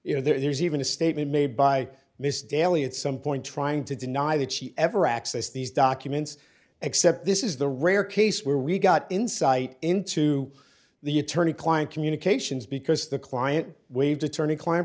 you know there is even a statement made by mr daly at some point trying to deny that she ever access these documents except this is the rare case where we got insight into the attorney client communications because the client waived attorney cli